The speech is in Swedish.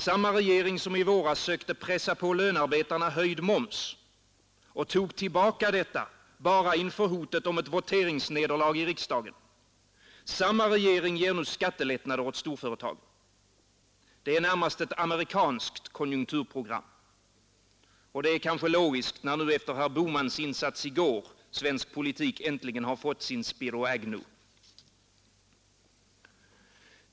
Samma regering som i våras sökte pressa på lönarbetarna höjd moms, och tog tillbaka detta bara inför hotet om ett voteringsnederlag i riksdagen, samma regering ger nu skattelättnader åt storföretagen. Det är närmast ett amerikanskt konjunkturprogram. Och det är kanske logiskt, när nu efter herr Bohmans insats i går svensk politik äntligen har fått sin Spiro Agnew.